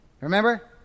Remember